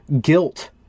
guilt